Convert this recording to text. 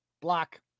Block